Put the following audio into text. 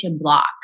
block